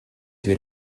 sui